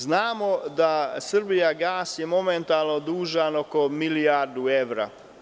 Znamo da je „Srbijagas“ momentalno dužan oko milijardu evra.